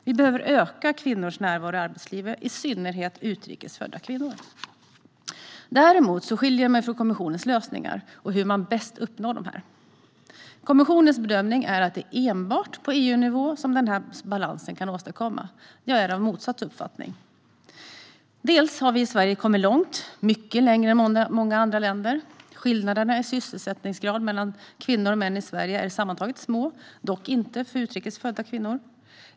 Vi behöver öka kvinnors närvaro i arbetslivet - i synnerhet utrikes födda kvinnor. Däremot skiljer jag mig åt i min uppfattning om kommissionens förslag till lösningar och hur de bäst uppnås. Kommissionens bedömning är att det enbart är på EU-nivå som balansen kan åstadkommas. Jag är av motsatt uppfattning. Sverige har kommit långt - mycket längre än många andra länder. Skillnaderna i sysselsättningsgrad mellan kvinnor och män i Sverige är sammantaget små, dock inte för utrikes födda kvinnor.